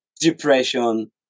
depression